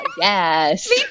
Yes